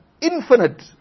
infinite